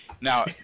Now